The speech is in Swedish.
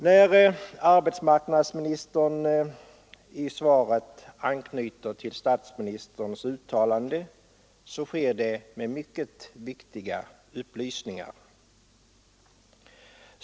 När arbetsmarknadsministern i svaret anknyter till statsministerns uttalande sker det med mycket viktiga upplysningar.